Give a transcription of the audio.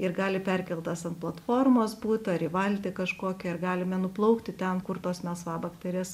ir gali perkeltas ant platformos būt ar į valtį kažkokią ir galime nuplaukti ten kur tos melsvabakterės